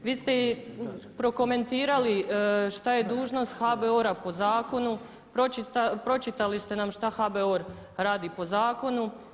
Vi ste i prokomentirali šta je dužnost HBOR-a po zakonu, pročitali ste nam šta HBOR radi po zakonu.